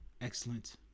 excellent